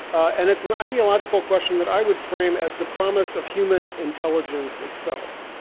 and it's an ideological question that i would frame as the promise of human intelligence itself.